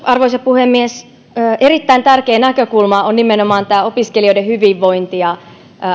arvoisa puhemies erittäin tärkeä näkökulma on nimenomaan opiskelijoiden hyvinvointi ja